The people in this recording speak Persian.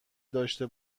داشته